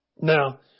Now